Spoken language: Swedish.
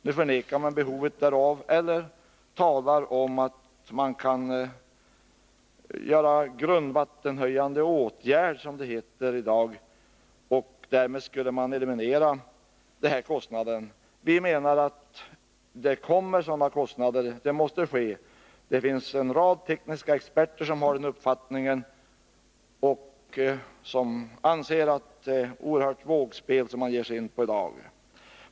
Nu förnekas behovet därav. Man talar i stället om att man — som det i dag heter — skulle kunna vidta grundvattenhöjande åtgärder. Därmed skulle man eliminera denna kostnad. Vi menar att det kommer kostnader för en grundförstärkning — en sådan måste nämligen göras. Det finns en rad tekniska experter som har denna uppfattning och som anser att det är ett oerhört vågspel som man annars ger sig in på.